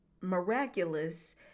miraculous